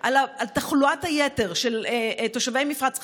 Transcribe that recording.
על תחלואת היתר של תושבי מפרץ חיפה,